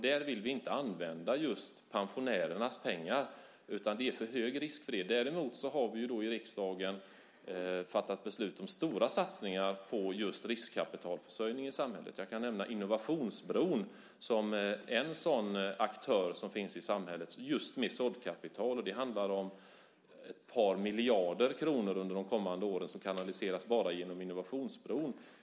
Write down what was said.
Där vill vi inte använda just pensionärernas pengar, det är för hög risk i det. Däremot har vi i riksdagen fattat beslut om stora satsningar på riskkapitalförsörjningen i samhället. Jag kan nämna Innovationsbron som en sådan aktör i samhället med just såddkapital. Det handlar om ett par miljarder kronor under de kommande åren som kanaliseras bara genom Innovationsbron.